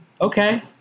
okay